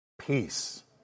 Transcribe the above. peace